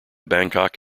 bangkok